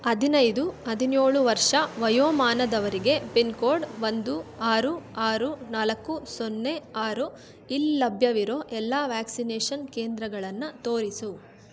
ಹದಿನೈದು ಹದಿನೇಳು ವರ್ಷ ವಯೋಮಾನದವರಿಗೆ ಪಿನ್ಕೋಡ್ ಒಂದು ಆರು ಆರು ನಾಲ್ಕು ಸೊನ್ನೆ ಆರು ಇಲ್ಲಿ ಲಭ್ಯವಿರೋ ಎಲ್ಲ ವ್ಯಾಕ್ಸಿನೇಷನ್ ಕೇಂದ್ರಗಳನ್ನು ತೋರಿಸು